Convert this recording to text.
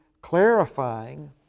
clarifying